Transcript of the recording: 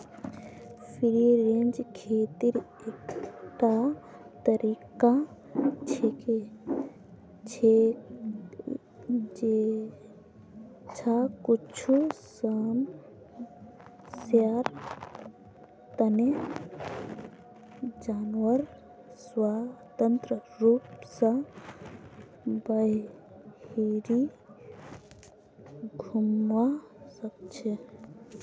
free range खेतीर एकटा तरीका छिके जैछा कुछू समयर तने जानवर स्वतंत्र रूप स बहिरी घूमवा सख छ